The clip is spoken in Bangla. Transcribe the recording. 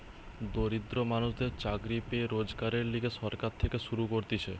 দরিদ্র মানুষদের চাকরি পেয়ে রোজগারের লিগে সরকার থেকে শুরু করতিছে